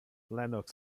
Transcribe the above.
lennox